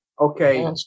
okay